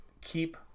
keep